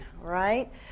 right